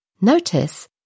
Notice